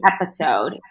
episode